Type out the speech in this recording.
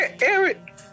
Eric